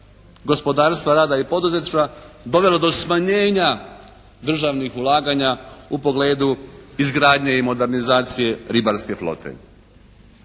gospodarstva, rada i poduzetništva dovelo do smanjenja državnih ulaganja u pogledu izgradnje i modernizacije ribarske flote.